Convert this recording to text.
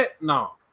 no